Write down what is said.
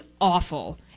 awful